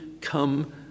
come